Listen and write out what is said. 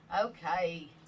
Okay